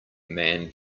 man